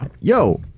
yo